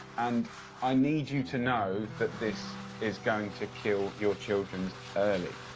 and i need you to know that this is going to kill your children early.